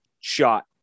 shot